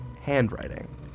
handwriting